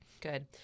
good